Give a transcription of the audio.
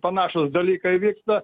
panašūs dalykai vyksta